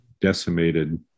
decimated